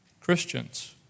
Christians